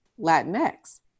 latinx